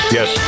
Yes